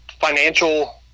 financial –